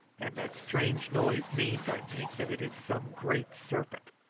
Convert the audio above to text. and that strange noise means, i think, that it is some great serpent.